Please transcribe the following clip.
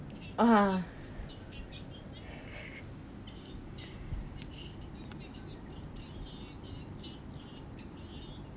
(uh huh)